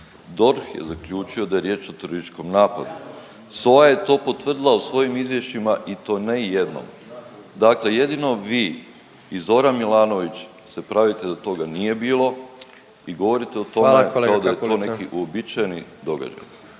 DORH je zaključio da je riječ o terorističkom napadu, SOA je to potvrdila u svojim izvješćima i to ne jednom. Dakle, jedino vi i Zoran Milanović se pravite da toga nije bilo i govorite o tome kao da je …/Upadica predsjednik: Hvala